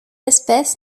espèce